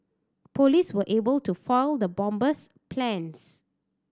police were able to foil the bomber's plans